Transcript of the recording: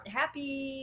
happy